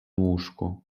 łóżku